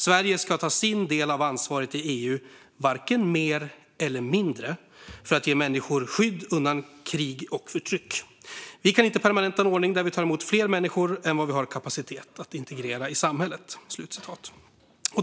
Sverige ska ta sin del av ansvaret i EU - varken mer eller mindre - för att ge människor skydd undan krig och förtryck. Vi kan inte permanenta en ordning där vi tar emot fler människor än vad vi har kapacitet att integrera i samhället."